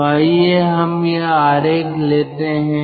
तो आइए हम यह आरेख लेते हैं